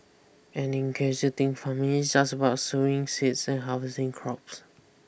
and in case you think farming is just about sowing seeds and harvesting crops